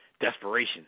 desperation